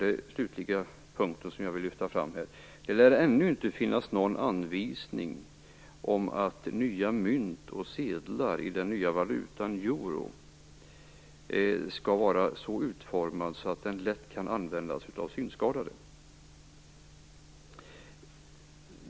Det lär ännu inte finnas någon anvisning om att nya mynt och sedlar i den nya valutan euro skall vara så utformade att de lätt kan användas av synskadade.